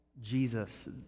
Jesus